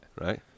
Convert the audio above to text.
Right